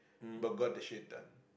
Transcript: but got the shade done